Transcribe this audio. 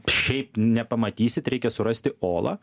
šiaip nepamatysit reikia surasti olą